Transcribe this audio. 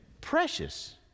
precious